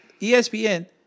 ESPN